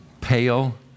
pale